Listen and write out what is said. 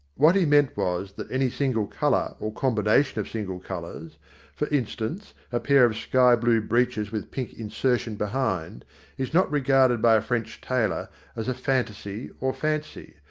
what he meant was that any single colour or combination of single colours for instance, a pair of sky blue breeches with pink insertion behind is not regarded by a french tailor as a fantaisie or fancy.